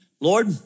Lord